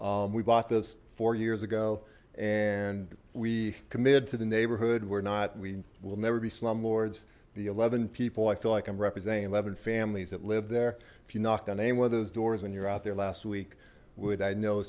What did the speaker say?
we bought those four years ago and we commit to the neighborhood we're not we will never be slumlords the eleven people i feel like i'm representing eleven families that lived there if you knocked on any of those doors when you're out there last week would i know